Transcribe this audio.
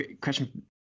Question